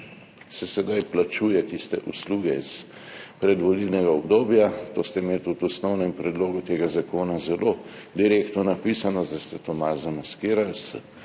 pač sedaj plačuje tiste usluge iz predvolilnega obdobja, to ste imeli tudi v osnovnem predlogu tega zakona zelo direktno napisano, zdaj ste to malo zamaskirali